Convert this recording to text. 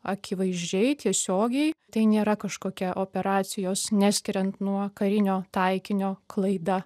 akivaizdžiai tiesiogiai tai nėra kažkokia operacijos neskiriant nuo karinio taikinio klaida